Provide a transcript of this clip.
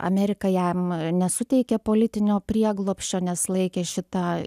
amerika jam nesuteikė politinio prieglobsčio nes laikė šitą